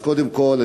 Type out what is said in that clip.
קודם כול,